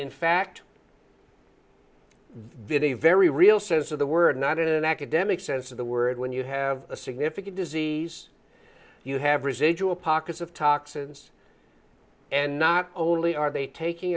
in fact did a very real sense of the word not in an academic sense of the word when you have a significant disease you have residual pockets of toxins and not only are they taking